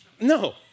No